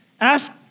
ask